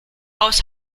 aus